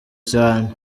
cyane